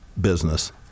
business